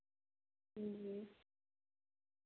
जी